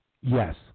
Yes